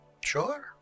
sure